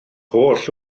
holl